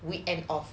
weekend off